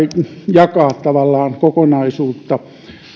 näin jakaa tavallaan kokonaisuutta